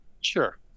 Sure